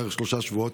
בערך שלושה שבועות,